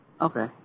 Okay